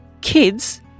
Kids